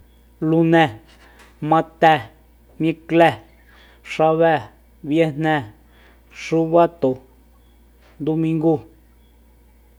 Lunée matée miuklée xabée viejnée xubatu ndumingúu